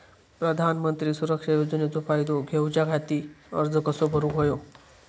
प्रधानमंत्री सुरक्षा योजनेचो फायदो घेऊच्या खाती अर्ज कसो भरुक होयो?